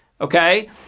okay